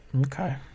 Okay